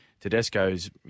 Tedesco's